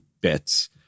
bits